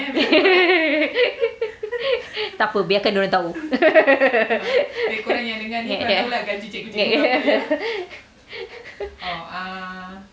takpe biarkan dorang tahu